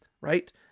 right